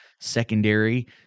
secondary